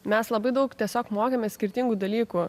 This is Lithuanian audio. mes labai daug tiesiog mokėmės skirtingų dalykų